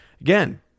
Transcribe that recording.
again